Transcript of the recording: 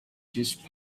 just